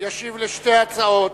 ישיב על שתי הצעות,